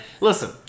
Listen